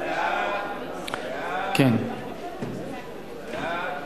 ההצעה להעביר את